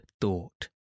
thought